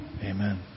Amen